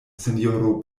sinjoro